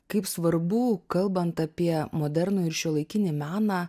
kaip svarbu kalbant apie modernų ir šiuolaikinį meną